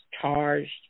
charged